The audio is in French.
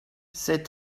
ces